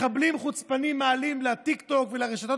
מחבלים חוצפנים מעלים לטיקטוק ולרשתות